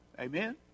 Amen